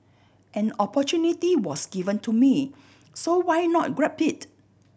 an opportunity was given to me so why not grab it